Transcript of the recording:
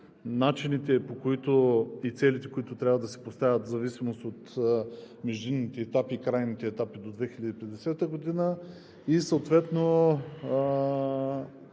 начините и целите, които трябва да се поставят в зависимост от междинните етапи и крайните етапи до 2050 г., и съответно